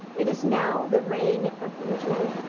it is now the reign of the brutal,